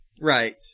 Right